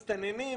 מסתננים,